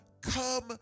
come